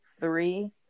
three